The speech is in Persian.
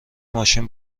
ماشین